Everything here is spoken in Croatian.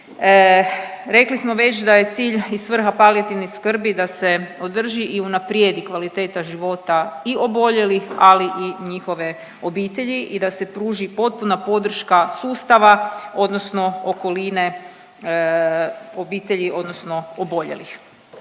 Rekli smo već da je cilj i svrha palijativne skrbi da se održi i unaprijedi kvaliteta života i oboljelih, ali i njihove obitelji i da se pruži potpuna podrška sustava odnosno okoline obitelji, odnosno oboljelih.